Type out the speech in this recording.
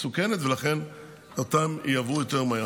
מסוכנת, ולכן יעברו יותר מהר.